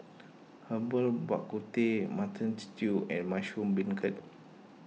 Herbal Bak Ku Teh Mutton Stew and Mushroom Beancurd